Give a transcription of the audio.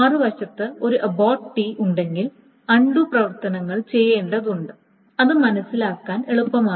മറുവശത്ത് ഒരു അബോർട്ട് ടി ഉണ്ടെങ്കിൽ അൺണ്ടു പ്രവർത്തനങ്ങൾ ചെയ്യേണ്ടതുണ്ട് അത് മനസ്സിലാക്കാൻ എളുപ്പമാണ്